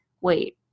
wait